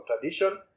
tradition